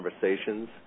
conversations